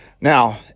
Now